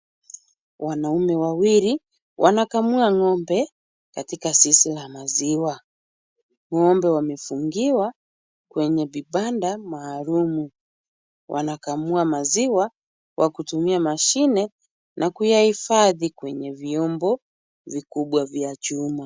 Wanaume wawili wanakamua ng'ombe katika zizi la maziwa. Ng'ombe wamefungiwa kwenye vibanda maalum. Wanakamua maziwa kwa kutumia mashine na kuyahifadhi kwenye vyombo vikubwa vya chuma.